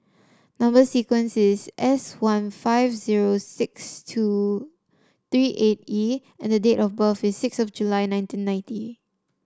number sequence is S one five zero six two three eight E and date of birth is six of July nineteen ninety